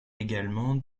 également